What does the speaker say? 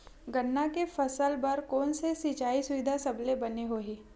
गन्ना के फसल बर कोन से सिचाई सुविधा सबले बने होही?